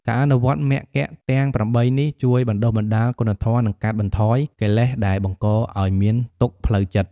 ការអនុវត្តន៍មគ្គទាំង ៨ នេះ ជួយបណ្ដុះបណ្ដាលគុណធម៌ និងកាត់បន្ថយកិលេសដែលបង្កឲ្យមានទុក្ខផ្លូវចិត្ត។